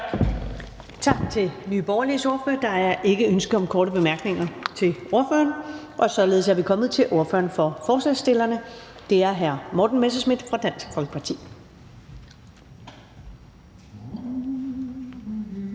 Tak til Nye Borgerliges ordfører. Der er ikke ønsker om korte bemærkninger til ordføreren. Således er vi kommet til ordføreren for forslagsstillerne, hr. Morten Messerschmidt fra Dansk Folkeparti.